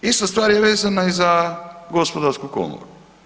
Ista stvar je vezana i za gospodarsku komoru.